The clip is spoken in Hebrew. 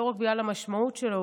לא רק בגלל המשמעות שלו,